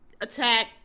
attack